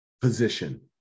position